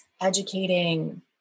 educating